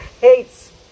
hates